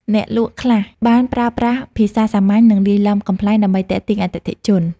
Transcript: អ្នកលក់ខ្លះបានប្រើប្រាស់ភាសាសាមញ្ញនិងលាយឡំកំប្លែងដើម្បីទាក់ទាញអតិថិជន។